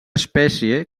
espècie